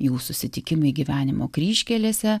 jų susitikimai gyvenimo kryžkelėse